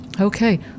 okay